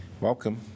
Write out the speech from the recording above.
Welcome